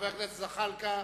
חבר הכנסת ג'מאל זחאלקה